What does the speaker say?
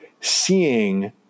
seeing